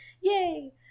Yay